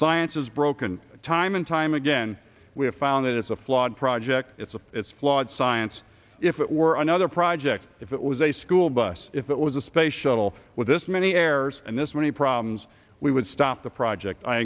science is broken time and time again we have found that it's a flawed project it's a piss flawed science if it were another project if it was a school bus if it was a space shuttle with this many errors and this many problems we would stop the project i